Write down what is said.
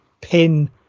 pin